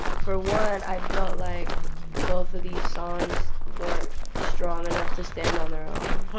for one, i felt like both of these songs weren't strong enough to stand on their own.